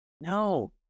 No